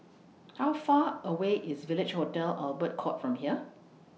How Far away IS Village Hotel Albert Court from here